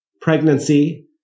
pregnancy